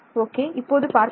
okay இப்போது பார்க்கலாம்